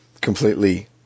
completely